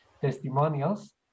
Testimonials